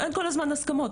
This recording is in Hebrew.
אין כל הזמן הסכמות,